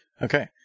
Okay